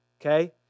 okay